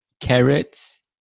carrots